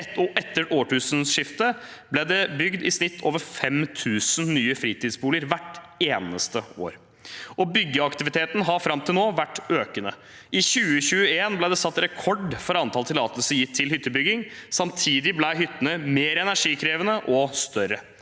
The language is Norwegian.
etter årtusenskiftet bygget i snitt over 5 000 nye fritidsboliger hvert eneste år. Byggeaktiviteten har fram til nå vært økende. I 2021 ble det satt rekord i antall tillatelser gitt til hyttebygging. Samtidig ble hyttene mer energikrevende og større.